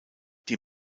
die